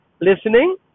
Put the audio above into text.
listening